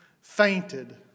fainted